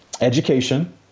education